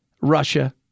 Russia